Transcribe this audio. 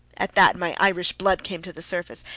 at that my irish blood came to the surface,